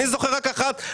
אני זוכר רק אחת,